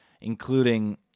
including